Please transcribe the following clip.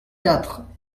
quatre